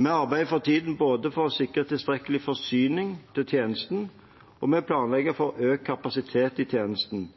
Vi arbeider for tiden for å sikre tilstrekkelige forsyninger til tjenesten, og vi planlegger for økt kapasitet i tjenesten,